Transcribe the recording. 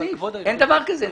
אין דבר כזה.